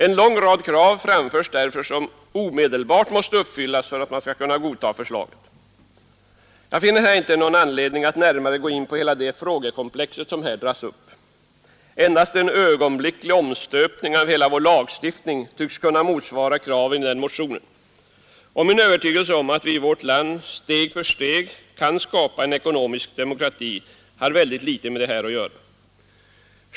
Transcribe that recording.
En lång rad krav framförs därför, som omedelbart måste uppfyllas för att man skall kunna godta förslaget. Jag finner här inte anledning att närmare gå in på hela det frågekomplex som där dras upp. Endast en ögonblicklig omstöpning av hela vår lagstiftning tycks kunna motsvara kraven i den motionen, och min övertygelse att vi i vårt land steg för steg kan skapa den ekonomiska demokratin har väldigt litet med detta att göra.